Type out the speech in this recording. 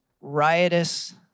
riotous